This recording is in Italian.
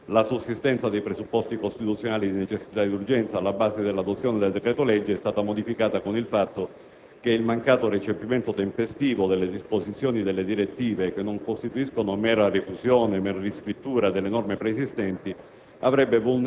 La sussistenza dei presupposti costituzionali di necessità e urgenza, alla base dell'adozione del decreto-legge, è stata motivata con il fatto che il mancato recepimento tempestivo delle disposizioni delle direttive, che non costituiscono mera refusione e mera riscrittura delle norme preesistenti,